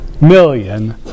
million